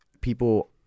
people